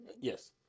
Yes